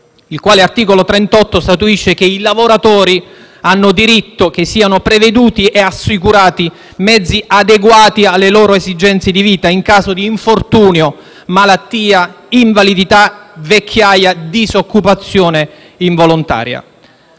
il quale statuisce che «i lavoratori hanno diritto che siano preveduti ed assicurati mezzi adeguati alle loro esigenze di vita in caso di infortunio, malattia, invalidità e vecchiaia, disoccupazione involontaria».